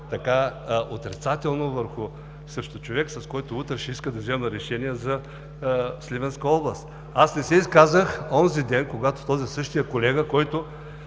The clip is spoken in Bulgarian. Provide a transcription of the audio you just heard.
отрицателно срещу човек, с който утре ще иска да взема решения за Сливенска област. Аз не се изказах онзи ден, когато същият колега, който